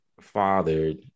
fathered